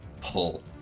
pull